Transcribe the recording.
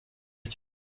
cyose